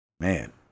Man